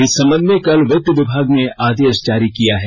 इस संबंध में कल वित्त विमाग ने आदेष जारी किया है